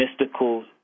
mystical